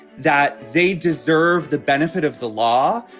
that they deserve the benefit of the law.